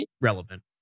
relevant